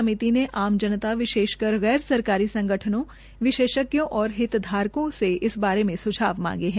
समिति ने आम जनता विशेषकर गैर सरकारी संगठनों विशेषज्ञों और हितधारकों से इस बारे सुझाव मांगे है